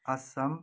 Assam